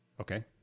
Okay